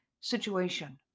situation